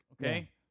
okay